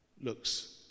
looks